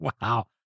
Wow